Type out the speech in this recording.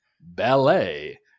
ballet